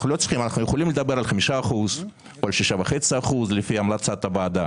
אנחנו יכולים לדבר על 5% או על 6.5% לפי המלצת הוועדה